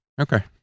Okay